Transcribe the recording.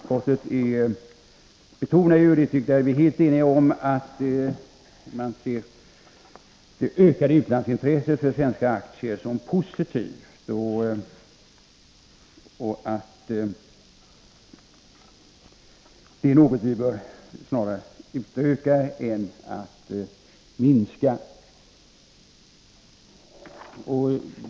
Utskottet betonar, och det anser jag att vi är eniga om, att man ser det ökade utlandsintresset för svenska aktier som positivt och att försäljningen av svenska aktier till företag i utlandet snarare är något vi bör utöka än att minska.